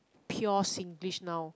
pure singlish now